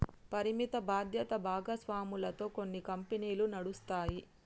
పరిమిత బాధ్యత భాగస్వామ్యాలతో కొన్ని కంపెనీలు నడుస్తాయి